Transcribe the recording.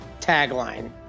tagline